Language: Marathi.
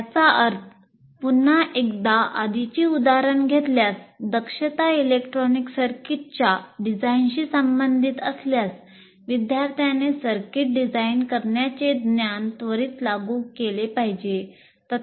याचा अर्थ पुन्हा एकदा आधीचे उदाहरण घेतल्यास दक्षता इलेक्ट्रॉनिक सर्किटच्या डिझाइनशी संबंधित असल्यास विद्यार्थ्याने सर्किट डिझाइन करण्याचे ज्ञान त्वरित लागू केले पाहिजे